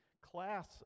class